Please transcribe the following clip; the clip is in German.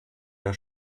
der